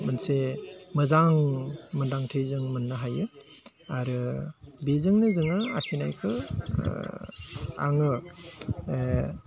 मोनसे मोजां मोनदांथि जों मोननो हायो आरो बेजोंनो जोङो आखिनायखौ आङो